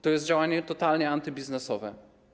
To jest działanie totalnie antybiznesowe.